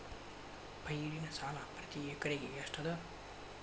ಪೈರಿನ ಸಾಲಾ ಪ್ರತಿ ಎಕರೆಗೆ ಎಷ್ಟ ಅದ?